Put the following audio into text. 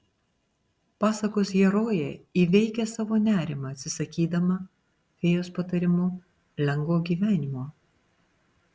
pasakos herojė įveikia savo nerimą atsisakydama fėjos patarimu lengvo gyvenimo